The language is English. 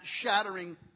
shattering